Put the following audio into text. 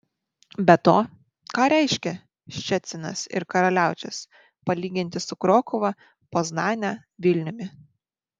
be to ką reiškia ščecinas ir karaliaučius palyginti su krokuva poznane vilniumi